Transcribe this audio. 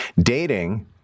dating